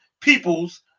peoples